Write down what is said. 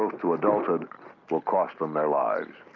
to adulthood will cost them their lives.